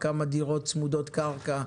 כמה דירות צמודות קרקע קיימות,